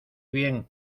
bien